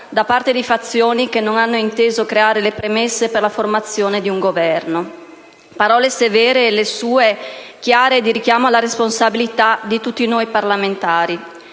da parte di fazioni che non hanno inteso creare le premesse per la formazione di un Governo. Parole severe, le sue, chiare e di richiamo alla responsabilità di tutti noi parlamentari.